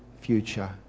future